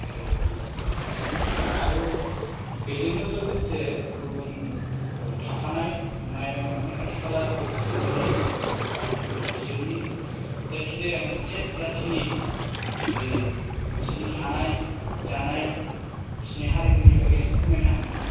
औ औ औ आरो बेजोंनो लोगोसे गुबुन थाफानाय माने खाथि खाला जितु जातिफोर बा हारिफोर बिसोरनि जायखिजाया मोनसे जातिनि जि बिसोरनि थानाय जानाय बिसोरनि हारिमुनि बागै इसे फोरमायनो हागोन ना